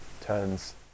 turns